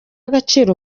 agaciro